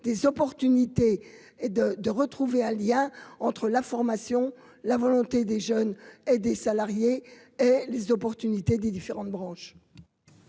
des opportunités et de de retrouver un lien entre la formation, la volonté des jeunes et des salariés et les opportunités des différentes branches.